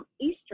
Eastern